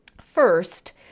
First